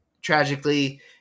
tragically